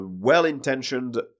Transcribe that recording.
well-intentioned